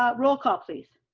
ah roll call please.